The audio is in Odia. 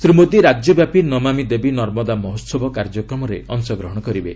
ଶ୍ରୀ ମୋଦି ରାଜ୍ୟବ୍ୟାପୀ ନମାମି ଦେବୀ ନର୍ମଦା ମହୋହବ କାର୍ଯ୍ୟକ୍ରମରେ ଅଂଶଗ୍ହଶ କରିବେ